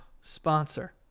sponsor